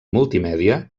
multimèdia